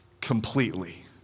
completely